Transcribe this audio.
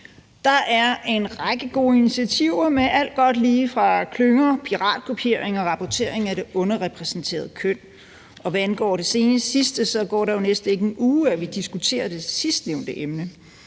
Der er en række gode initiativer med alt godt lige fra klynger og piratkopiering til rapportering af det underrepræsenterede køn. Der går næsten ikke en uge, uden at vi diskuterer det sidstnævnte emne.